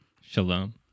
shalom